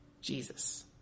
Jesus